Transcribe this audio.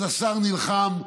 אז השר נלחם,